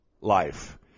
life